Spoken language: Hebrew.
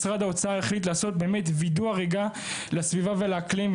משרד האוצר החליט לעשות באמת וידוא הריגה לסביבה ולאקלים,